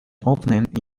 opened